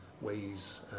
ways